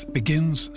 begins